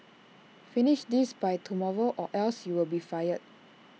finish this by tomorrow or else you'll be fired